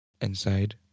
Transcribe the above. Inside